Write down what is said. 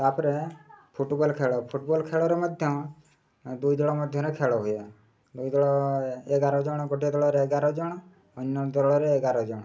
ତା'ପରେ ଫୁଟବଲ୍ ଖେଳ ଫୁଟବଲ୍ ଖେଳରେ ମଧ୍ୟ ଦୁଇ ଦଳ ମଧ୍ୟରେ ଖେଳ ହୁଏ ଦୁଇ ଦଳ ଏଗାର ଜଣ ଗୋଟିଏ ଦଳରେ ଏଗାର ଜଣ ଅନ୍ୟ ଦଳରେ ଏଗାର ଜଣ